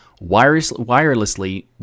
wirelessly